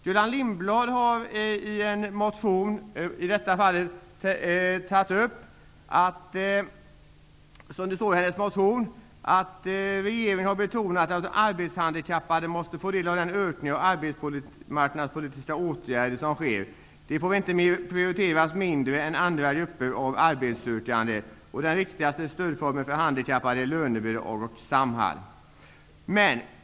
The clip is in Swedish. Gullan Lindblad har i en motion tagit upp att regeringen har betonat att arbetshandikappade måste få del av den ökning av arbetsmarknadspolitiska åtgärder som sker. De får inte prioriteras lägre än andra grupper av arbetssökande. Den viktigaste stödformen för handikappade är lönebidrag och Samhall.